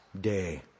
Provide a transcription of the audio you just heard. day